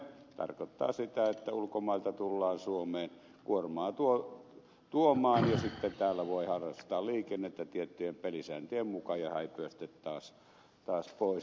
tarkoittaa sitä että ulkomailta tullaan suomeen kuormaa tuomaan ja sitten täällä voi harrastaa liikennettä tiettyjen pelisääntöjen mukaan ja häipyä sitten taas pois